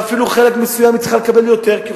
ואפילו חלק מסוים צריך לקבל יותר כי היא